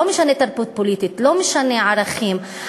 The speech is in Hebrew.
לא משנה תרבות פוליטית, לא משנה ערכים.